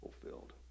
fulfilled